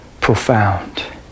profound